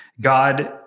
God